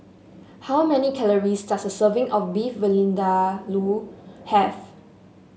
how many calories does a serving of Beef have